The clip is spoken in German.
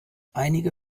einige